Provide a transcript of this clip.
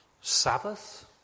Sabbath